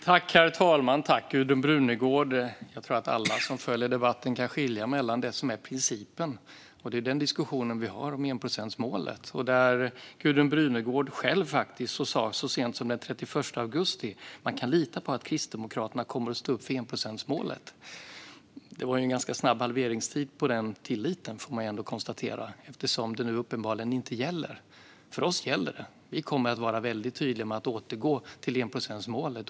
Herr talman! Jag tror att alla som följer debatten kan skilja ut det som är principen, och det är den diskussionen vi har om enprocentsmålet. Gudrun Brunegård själv sa så sent som den 31 augusti att man kan lita på att Kristdemokraterna kommer att stå upp för enprocentsmålet. Det var en ganska kort halveringstid på den tilliten, får man ändå konstatera, eftersom det nu uppenbarligen inte gäller. För oss gäller det. Vi kommer att vara väldigt tydliga med att återgå till enprocentsmålet.